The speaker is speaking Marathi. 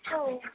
हो